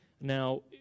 Now